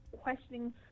questioning